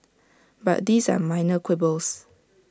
but these are minor quibbles